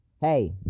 hey